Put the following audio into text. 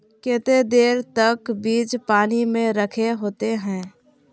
केते देर तक बीज पानी में रखे होते हैं?